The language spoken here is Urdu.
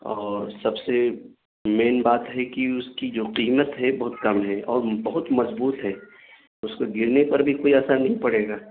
اور سب سے مین بات ہے کہ اس کی جو قیمت ہے بہت کم ہے اور بہت مضبوط ہے اس کو گرنے پر بھی کوئی اثر نہیں پڑے گا